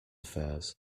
affairs